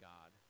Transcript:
God